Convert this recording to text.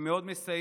הם מאוד מסייעים,